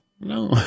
No